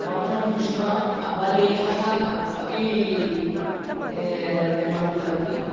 मातरं पृष्ट्वा अवलेहःम् अपि निर्मापितवती